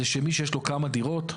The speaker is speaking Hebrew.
הוא שמי שיש לו כמה דירות,